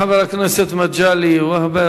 תודה לחבר הכנסת מגלי והבה.